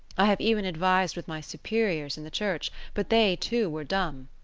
i have even advised with my superiors in the church, but they, too, were dumb.